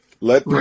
let